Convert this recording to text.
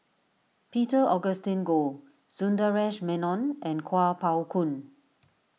Peter Augustine Goh Sundaresh Menon and Kuo Pao Kun